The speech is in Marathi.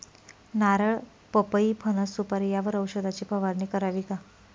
नारळ, पपई, फणस, सुपारी यावर औषधाची फवारणी करावी का?